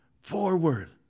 forward